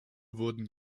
wurden